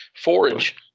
forage